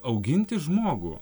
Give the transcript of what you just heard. auginti žmogų